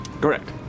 Correct